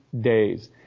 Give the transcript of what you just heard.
days